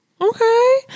okay